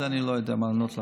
על זה אני לא יודע לענות לך.